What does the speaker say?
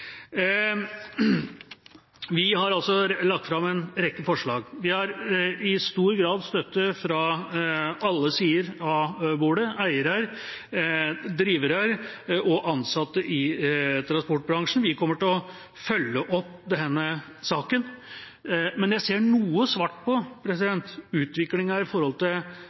Vi har altså lagt fram en rekke forslag. Vi har i stor grad støtte fra alle sider av bordet: eiere, drivere og ansatte i transportbransjen. Vi kommer til å følge opp denne saka. Men jeg ser noe svart på utviklinga i forhold til